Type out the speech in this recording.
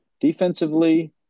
Defensively